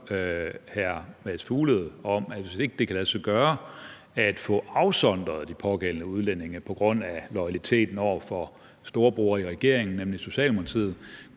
Mads Fuglede om, er, at hvis det ikke kan lade sig gøre at få afsondret de pågældende udlændinge på grund af loyaliteten over for storebror i regeringen, nemlig Socialdemokratiet,